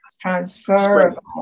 transferable